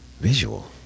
visual